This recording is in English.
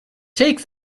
take